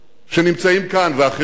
שנמצאים כאן, ואחרים,